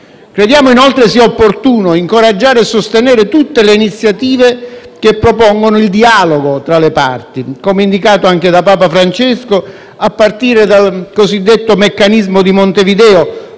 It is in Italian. Crediamo inoltre sia opportuno incoraggiare e sostenere tutte le iniziative che propongono il dialogo tra le parti, come indicato anche da Papa Francesco, a partire dal cosiddetto Meccanismo di Montevideo,